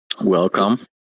Welcome